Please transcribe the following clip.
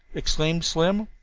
exclaimed slim.